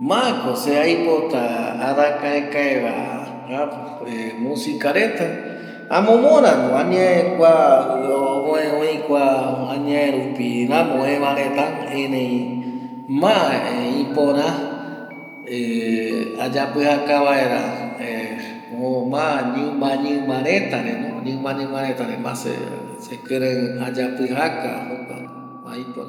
Mokoi eta mokoipa irundɨpe jaeko yae yaupitɨtapako hasta araëtɨre yae tumpa ipɨaguaju ipɨakavi yande ndie jare ome tekove yande yae jaeko yaupitɨyeta kua iru arasa yae yande yeɨpe paraete